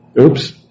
Oops